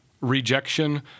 rejection